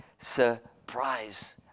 surprise